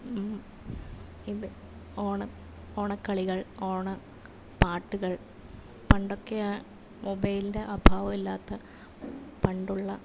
ഇത് ഓണം ഓണക്കളികൾ ഓണ പാട്ടുകൾ പണ്ടൊക്കെയാണെങ്കിൽ മൊബൈലിൻ്റെ അഭാവമില്ലാത്ത പണ്ടുള്ള